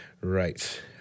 Right